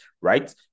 right